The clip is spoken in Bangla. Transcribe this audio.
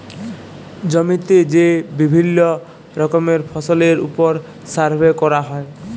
জমিতে যে বিভিল্য রকমের ফসলের ওপর সার্ভে ক্যরা হ্যয়